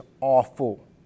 awful